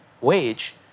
wage